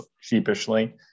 sheepishly